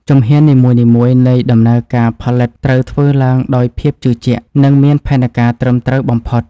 ជំហាននីមួយៗនៃដំណើរការផលិតត្រូវធ្វើឡើងដោយភាពជឿជាក់ និង មានផែនការត្រឹមត្រូវបំផុត។